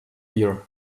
here